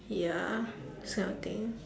ya these kind of thing